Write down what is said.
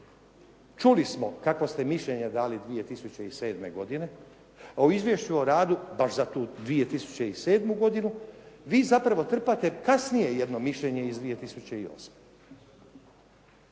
Čuli smo kakvo ste mišljenje dali 2007. godine, a u Izvješću o radu baš za tu 2007. godinu vi zapravo trpate kasnije jedno mišljenje iz 2008.